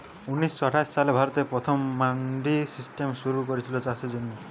ঊনিশ শ আঠাশ সালে ভারতে প্রথম মান্ডি সিস্টেম শুরু কোরেছিল চাষের জন্যে